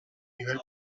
nivel